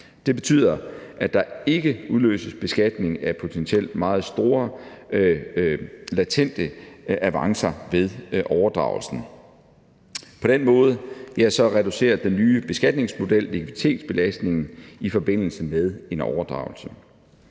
Det betyder, at der ikke udløses beskatning af potentielt meget store, latente avancer ved overdragelsen. På den måde reducerer den nye beskatningsmodel likviditetsbelastningen i forbindelse med en overdragelse.